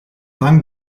bang